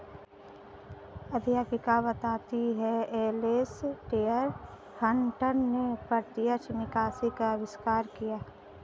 अध्यापिका बताती हैं एलेसटेयर हटंन ने प्रत्यक्ष निकासी का अविष्कार किया